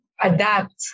adapt